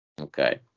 Okay